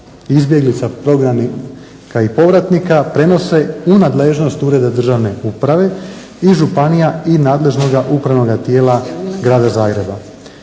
izbjeglica, prognanika i povratnika prenose u nadležnost ureda državne uprave i županija i nadležnoga upravnoga tijela grada Zagreba.